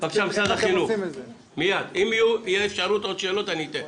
אם תהיה אפשרות עוד שאלות, אני אתן.